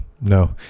no